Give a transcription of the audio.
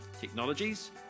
technologies